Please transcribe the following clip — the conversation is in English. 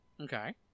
Okay